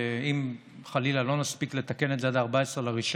אם חלילה לא נספיק לתקן את זה עד 14 בינואר,